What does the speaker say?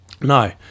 no